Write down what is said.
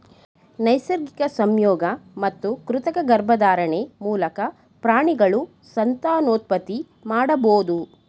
ನೈಸರ್ಗಿಕ ಸಂಯೋಗ ಮತ್ತು ಕೃತಕ ಗರ್ಭಧಾರಣೆ ಮೂಲಕ ಪ್ರಾಣಿಗಳು ಸಂತಾನೋತ್ಪತ್ತಿ ಮಾಡಬೋದು